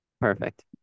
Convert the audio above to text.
Perfect